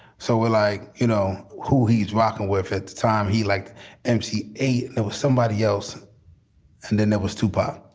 so we're like, you know who he's working with at the time. he liked m c a, there was somebody else and then there was tupa